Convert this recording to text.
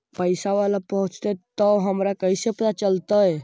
पैसा बाला पहूंचतै तौ हमरा कैसे पता चलतै?